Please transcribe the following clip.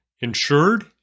insured